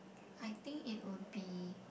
I think it would be